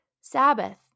Sabbath